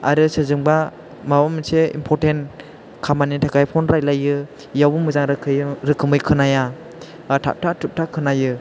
आरो सोरजोंबा माबा मोनसे इम्पर्टेन खामानिनि थाखाय फन रायलायो बेयावबो मोजां रोखोमै खोनाया बा थाबथा थुबथा खोनायो